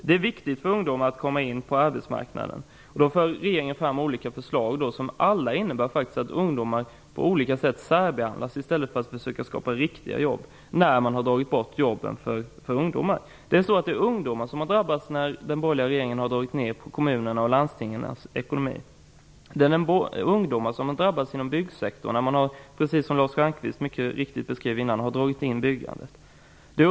Det är viktigt för ungdomar att komma in på arbetsmarknaden. I stället för att försöka skapa riktiga jobb -- när man har tagit bort jobben för ungdomar -- för regeringen fram olika förslag som alla innebär att ungdomar på olika sätt särbehandlas. Det är ungdomar som har drabbats när den borgerliga regeringen har dragit ned på kommunernas och landstingens ekonomi. Det är ungdomar som har drabbats inom byggsektorn när man, precis som Lars Stjernkvist mycket riktigt beskrev tidigare, har dragit ned på byggandet.